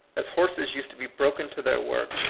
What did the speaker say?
as horses used to be broken to their work,